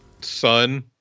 son